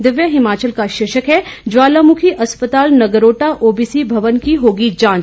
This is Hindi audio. दिव्य हिमाचल का शीर्षक है ज्वालामुखी अस्पताल नगरोटा ओबीसी भवन की होगी जांच